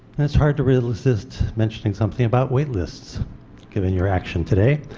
and it's hard to resist mentioning something about wait lists given your action today.